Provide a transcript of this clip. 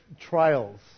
trials